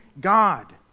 God